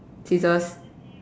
scissors